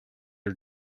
are